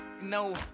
no